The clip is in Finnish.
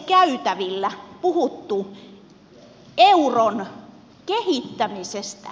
onko edes käytävillä puhuttu euron kehittämisestä